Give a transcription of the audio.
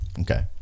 Okay